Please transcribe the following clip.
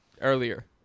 earlier